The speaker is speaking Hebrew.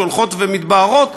שהולכות ומתבהרות,